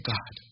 God